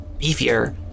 beefier